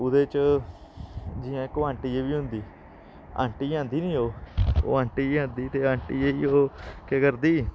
ओह्दे च जि'यां इक ओह् आंटी जेही बी होंदी आंटी आंदी नी ओह् ओह् आंटी बी आंदी ते आंटी ओह् केह् करदी